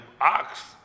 ox